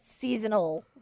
seasonal